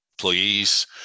employees